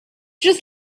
just